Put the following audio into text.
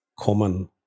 common